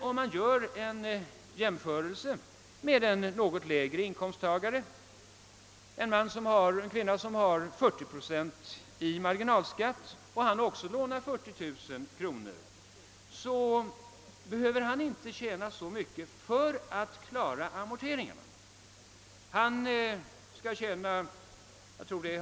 Om man gör en jämförelse med en något lägre inkomsttagare — en person som har 40 procent i marginalskatt — så behöver han inte tjäna så mycket för att klara amorteringarna på ett lån på 40 000 kronor.